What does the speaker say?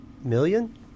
Million